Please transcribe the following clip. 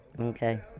Okay